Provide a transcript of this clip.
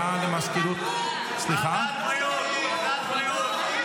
ועדת הבריאות, ועדת הבריאות.